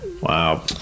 wow